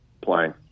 playing